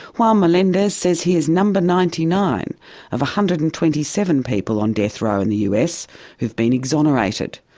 juan melendez says he is number ninety nine of one hundred and twenty seven people on death row in the us who have been exonerated,